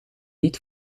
niet